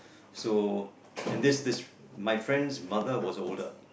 so and this this my friends mother was older